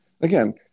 Again